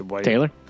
Taylor